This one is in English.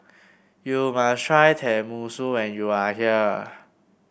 you must try Tenmusu when you are here